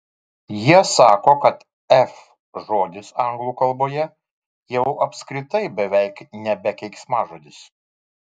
jie sako kad f žodis anglų kalboje jau apskritai beveik nebe keiksmažodis